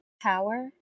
power